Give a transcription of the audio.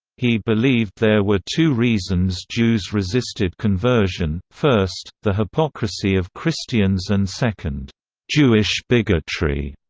he believed there were two reasons jews resisted conversion first, the hypocrisy of christians and second jewish bigotry.